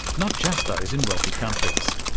not just those in wealthy countries?